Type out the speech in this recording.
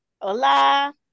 Hola